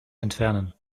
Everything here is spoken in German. entfernen